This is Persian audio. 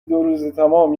دوروزتمام